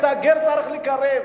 את הגר צריך לקרב,